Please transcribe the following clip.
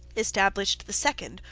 established the second,